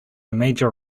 major